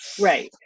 Right